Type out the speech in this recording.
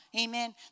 amen